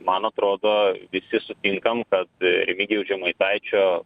man atrodo visi sutinkam kad remigijaus žemaitaičio